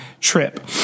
trip